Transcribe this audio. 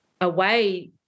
away